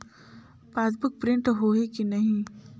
Passbook print होही कि नहीं?